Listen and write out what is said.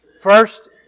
First